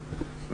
אפס תלונות,